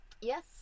Yes